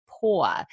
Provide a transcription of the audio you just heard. poor